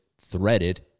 threaded